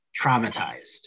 traumatized